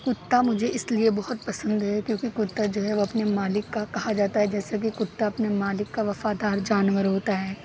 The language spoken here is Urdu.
کتا مجھے اس لیے بہت پسند ہے کیونکہ کتا جو ہے وہ اپنے مالک کا کہا جاتا ہے جیسا کہ کتا اپنے مالک کا وفادار جانور ہوتا ہے